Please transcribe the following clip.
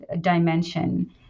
dimension